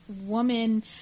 woman